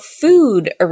food